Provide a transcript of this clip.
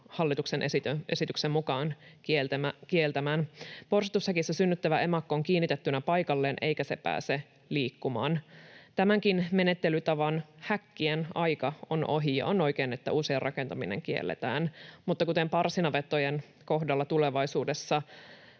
hallituksen esityksen mukaan kieltämään. Porsitushäkissä synnyttävä emakko on kiinnitettynä paikalleen, eikä se pääse liikkumaan. Tämänkin menettelytavan, häkkien, aika on ohi, ja on oikein, että uusien rakentaminen kielletään, mutta kuten parsinavettojen kohdalla tulevaisuudessa,